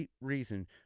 reason